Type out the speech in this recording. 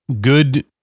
good